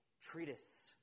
treatise